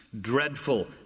dreadful